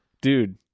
dude